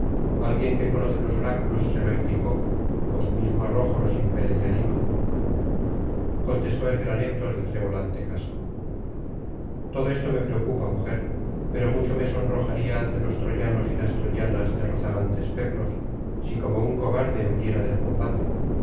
alguien que conoce los oráculos se lo indicó ó su mismo arrojo los impele y anima contestó el gran héctor de tremolante casco todo esto me preocupa mujer pero mucho me sonrojaría ante los troyanos y las troyanas de rozagantes peplos si cerno un cobarde huyera del combate